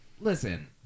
listen